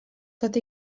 tot